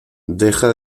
deja